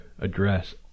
address